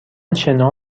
شنا